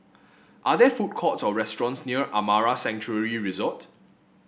are there food courts or restaurants near Amara Sanctuary Resort